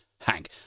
Hank